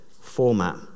format